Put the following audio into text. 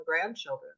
grandchildren